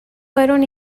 fueron